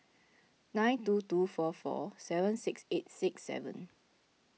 nine two two four four seven six eight six seven